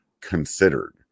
considered